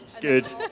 Good